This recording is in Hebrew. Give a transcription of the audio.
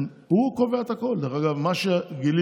אני אומר לך, מה שאנחנו רצינו